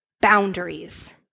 boundaries